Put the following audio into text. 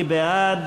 מי בעד?